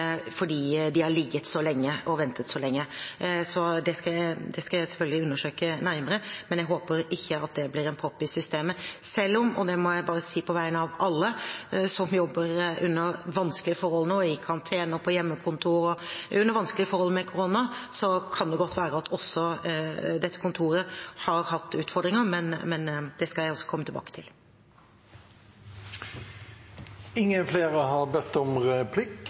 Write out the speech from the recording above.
ventet så lenge. Det skal jeg selvfølgelig undersøke nærmere, men jeg håper ikke at det blir en propp i systemet, selv om det – og det må jeg bare si på vegne av alle som jobber under vanskelige forhold nå, i karantene og på hjemmekontor, under vanskelige forhold med korona – godt kan være at også dette kontoret har hatt utfordringer, men det skal jeg altså komme tilbake til. Replikkordskiftet er omme. Flere har ikke bedt om